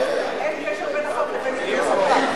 אין קשר בין החוק לבין עידוד הנקה.